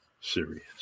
serious